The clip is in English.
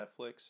netflix